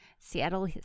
seattle